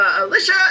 Alicia